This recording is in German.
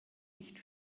nicht